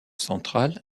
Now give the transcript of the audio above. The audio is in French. centrale